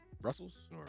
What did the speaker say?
brussels